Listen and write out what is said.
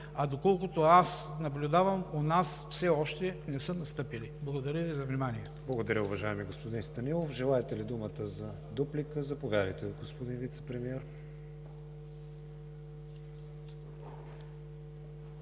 а доколкото аз наблюдавам, у нас все още не са настъпили. Благодаря Ви за вниманието.